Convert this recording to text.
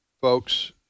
folks